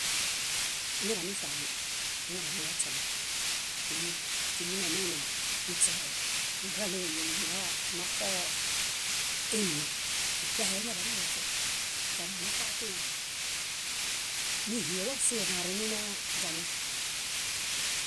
Iñaḃanifiamo, iñaḃanilośemo timi timinemeina muśeniġaɭeg óyom naxo énoo, ipiaheiñaḃanilośu: źamonaṗatiwa. Níhiewa siġarin inaaźamon.